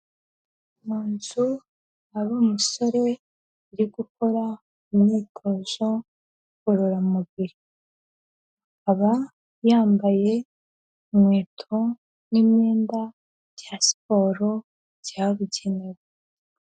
Mu nzu hari umusore uri gukora imyitozo ngororamubiri. Aba yambaye inkweto n'imyenda bya siporo byabugenewe.